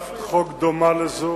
עניתי על הצעת חוק דומה לזו,